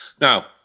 now